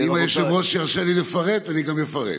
אם היושב-ראש ירשה לי לפרט, אני גם אפרט.